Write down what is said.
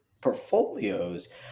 portfolios